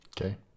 Okay